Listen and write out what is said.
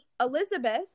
elizabeth